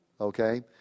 Okay